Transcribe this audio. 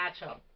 matchup